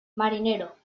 marinero